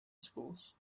schools